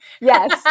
yes